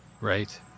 Right